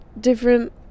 different